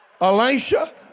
Elisha